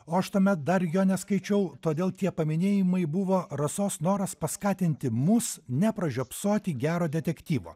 o aš tuomet dar jo neskaičiau todėl tie paminėjimai buvo rasos noras paskatinti mus nepražiopsoti gero detektyvo